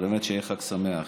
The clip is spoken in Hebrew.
אז באמת שיהיה חג שמח.